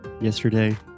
Yesterday